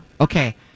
Okay